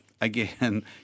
again